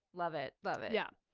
love it. love it yeah